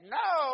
no